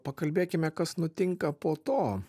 pakalbėkime kas nutinka po to